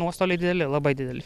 nuostoliai dideli labai dideli